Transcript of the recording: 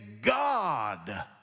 god